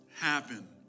happen